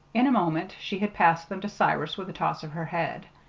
in a moment she had passed them to cyrus with a toss of her head.